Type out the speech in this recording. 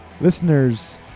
Listeners